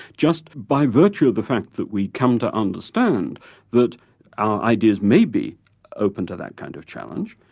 just by virtue of the fact that we come to understand that our ideas may be open to that kind of challenge.